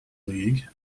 league